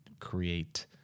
create